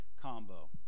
combo